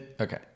Okay